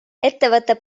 ettevõte